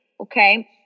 okay